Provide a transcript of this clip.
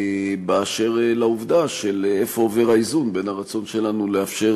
אשר לעובדה איפה עובר האיזון בין הרצון שלנו לאפשר